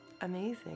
amazing